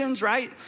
right